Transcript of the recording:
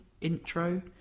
intro